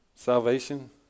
Salvation